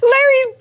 Larry